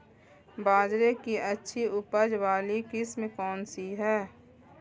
बाजरे की अच्छी उपज वाली किस्म कौनसी है?